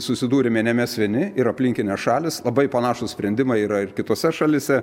susidūrėme ne mes vieni ir aplinkinės šalys labai panašūs sprendimai yra ir kitose šalyse